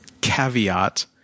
Caveat